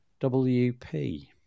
wp